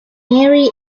mary